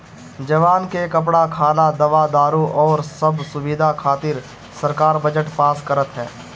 जवान के कपड़ा, खाना, दवा दारु अउरी सब सुबिधा खातिर सरकार बजट पास करत ह